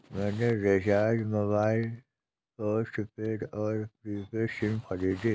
मैंने recharge mobile postpaid और prepaid sim खरीदे